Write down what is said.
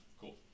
Cool